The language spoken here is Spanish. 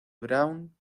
brown